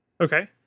Okay